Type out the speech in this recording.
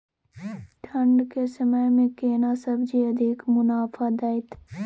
ठंढ के समय मे केना सब्जी अधिक मुनाफा दैत?